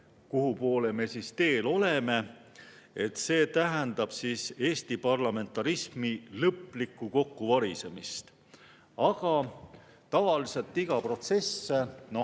kuhupoole me teel oleme, siis see tähendab Eesti parlamentarismi lõplikku kokkuvarisemist. Aga tavaliselt iga protsess … Noh,